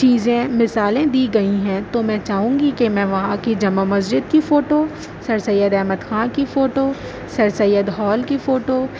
چیزیں مثالیں دی گئی ہیں تو میں چاہوں گی کہ میں وہاں کہ جامع مسجد کی فوٹو سر سید احمد خاں کی فوٹو سر سید ہال کی فوٹو